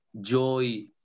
joy